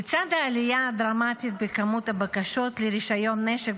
לצד העלייה הדרמטית במספר הבקשות לרישיון נשק,